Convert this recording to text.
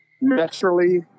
naturally